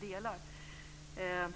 Jag